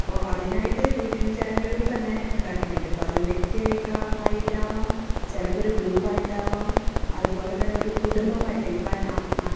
അപ്പോള് അതിനായിട്ട് YouTube ചാനലുകൾ തന്നെ ഉണ്ടാക്കിയിട്ടുണ്ട് ഇപ്പോള് അതൊരു വ്യക്തി ആയിട്ടാവാം ചിലപ്പോള് ഒരു ഗ്രൂപ്പ് ആയിട്ടാവാം അതുപോലെ തന്നെ ഒരു കുടുംബമായിട്ട് ഇപ്പൻ അ